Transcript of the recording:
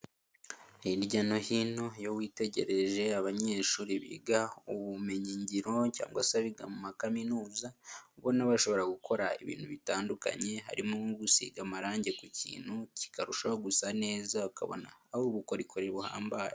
Hirya no hino iyo witegereje abanyeshuri biga ubumenyin ngiro cyangwa se biga mu makaminuza ubona bashobora gukora ibintu bitandukanye harimo nko gusiga amarangi ku kintu kikarushaho gusa neza, ubona ko ari ubukorikori buhambaye.